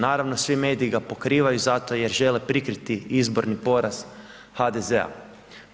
Naravno, svi mediji ga pokrivaju zato jer žele prikriti izborni poraz HDZ-a.